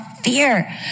fear